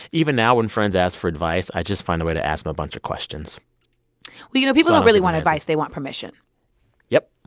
even now when friends ask for advice, i just find a way to ask them a bunch of questions you know, people don't really want advice. they want permission yep.